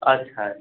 अच्छा